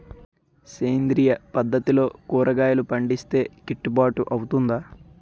సేంద్రీయ పద్దతిలో కూరగాయలు పండిస్తే కిట్టుబాటు అవుతుందా?